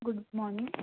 good morning